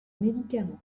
médicament